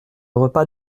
repas